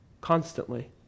constantly